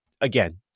again